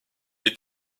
est